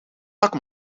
pak